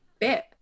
bit